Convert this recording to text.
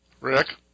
Rick